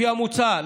לפי המוצע,